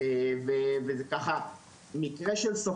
על סדר-היום: הצעת חוק עבודת הנוער